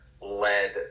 led